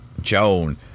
Joan